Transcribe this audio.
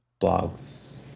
blogs